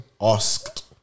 asked